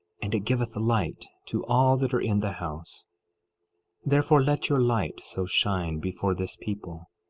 and it giveth light to all that are in the house therefore let your light so shine before this people,